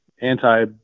anti